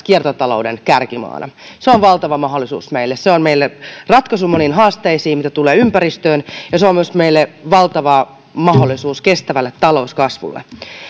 kiertotalouden kärkimaana se on valtava mahdollisuus meille se on meille ratkaisu moniin haasteisiin mitä tulee ympäristöön ja se on meille myös valtava mahdollisuus kestävään talouskasvuun ja